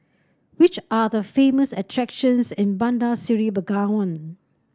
which are the famous attractions in Bandar Seri Begawan